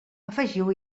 afegiu